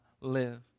live